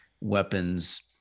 weapons